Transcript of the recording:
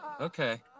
Okay